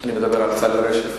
אני מדבר על צלי רשף.